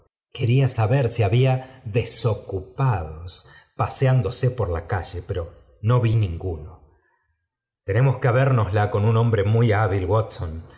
quería saber si había desocupados paseándose por la calle pero no vi ninguno tenemos que ha m démoslas con un hombre muy hábil